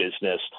business